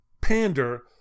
pander